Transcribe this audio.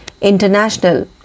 international